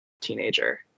teenager